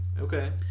okay